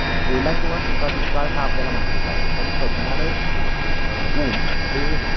ओला किंवा सुका दुष्काळ हा आपल्याला माहितीच आहे पण पडणारं ऊन हे